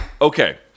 okay